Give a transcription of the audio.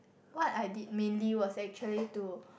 what I did mainly was actually to